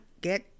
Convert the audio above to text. get